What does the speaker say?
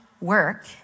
work